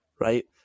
right